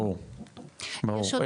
ברור, ברור.